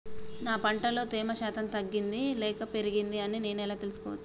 నా పంట లో తేమ శాతం తగ్గింది లేక పెరిగింది అని నేను ఎలా తెలుసుకోవచ్చు?